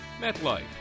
MetLife